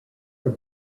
are